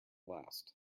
last